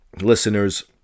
listeners